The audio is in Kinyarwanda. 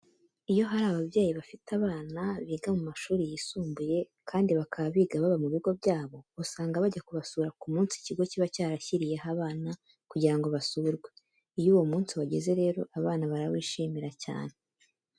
Iyo hari ababyeyi bafite abana biga mu mashuri yisumbuye, kandi bakaba biga baba mu bigo byabo, usanga bajya kubasura ku munsi ikigo kiba cyarashyiriyeho abana kugira ngo basurwe. Iyo uwo munsi wageze rero, abana barawishimira cyane.